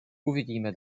uvidíme